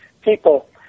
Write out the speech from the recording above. people